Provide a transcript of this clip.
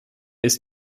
ist